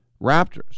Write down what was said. Raptors